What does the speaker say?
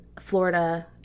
Florida